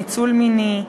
ניצול מיני,